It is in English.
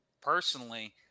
personally